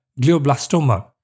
glioblastoma